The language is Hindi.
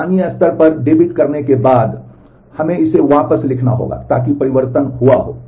स्थानीय स्तर पर debit करने के बाद हमें इसे वापस लिखना होगा ताकि परिवर्तन हुआ हो